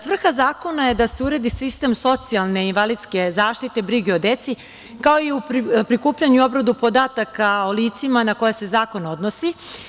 Svrha zakona je da se uredi sistem socijalne i invalidske zaštite, brige o deci, kao i prikupljanja i obrade podataka o licima na koja se zakon odnosi.